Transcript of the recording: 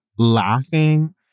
Laughing